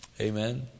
Amen